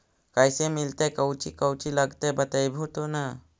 कैसे मिलतय कौची कौची लगतय बतैबहू तो न?